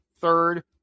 third